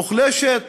מוחלשת,